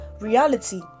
reality